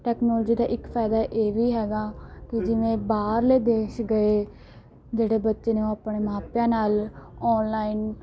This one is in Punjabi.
ਟੈਕਨੋਲੋਜੀ ਦਾ ਇੱਕ ਫਾਇਦਾ ਇਹ ਵੀ ਹੈਗਾ ਕਿ ਜਿਵੇਂ ਬਾਹਰਲੇ ਦੇਸ਼ ਗਏ ਜਿਹੜੇ ਬੱਚੇ ਨੇ ਉਹ ਆਪਣੇ ਮਾਪਿਆਂ ਨਾਲ ਔਨਲਾਈਨ